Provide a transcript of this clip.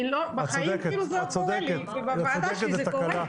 בחיים זה לא קורה לי ובוועדה שלי זה קורה.